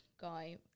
guy